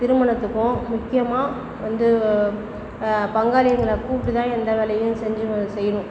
திருமணத்துக்கும் முக்கியமாக வந்து பங்காளிங்களை கூப்பிட்டு தான் எந்த வேலையும் செஞ்சு செய்யணும்